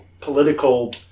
political